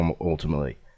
ultimately